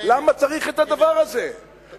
למה צריך את הדבר הזה,